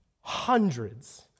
Hundreds